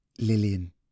Lillian